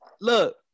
Look